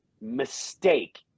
mistake